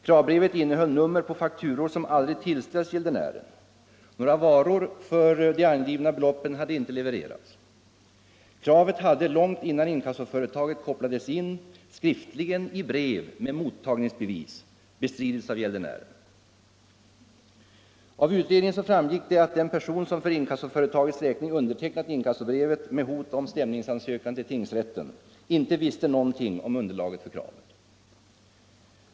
Kravbrevet innehöll nummer på fakturor som aldrig tillställts gäldenären. Några varor för de angivna beloppen hade inte levererats. Kravet hade långt innan inkassoföretaget inkopplades skriftligen i brev med mottagningsbevis bestridits av gäldenären. Av utredningen framgick det att den person som för inkassoföretagets räkning undertecknat inkassobrevet med hot om stämningsansökan till tingsrätten inte visste någonting om underlaget för kravet.